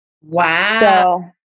Wow